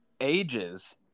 ages